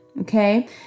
Okay